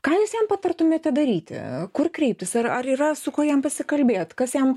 ką jūs jam patartumėte daryti kur kreiptis ar ar yra su kuo jam pasikalbėt kas jam